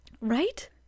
right